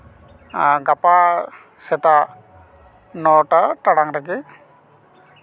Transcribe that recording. ᱟᱨ ᱜᱟᱯᱟ ᱥᱮᱛᱟᱜ ᱱᱚᱴᱟ ᱴᱟᱲᱟᱝ ᱨᱮᱜᱮ